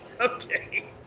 okay